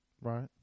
right